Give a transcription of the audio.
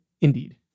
Indeed